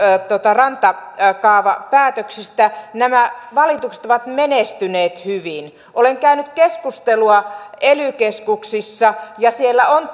rantakaavapäätöksistä nämä valitukset ovat menestyneet hyvin olen käynyt keskustelua ely keskuksissa ja siellä on